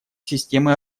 системы